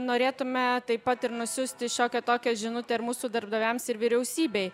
norėtume taip pat ir nusiųsti šiokią tokią žinutę ir mūsų darbdaviams ir vyriausybei